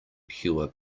pure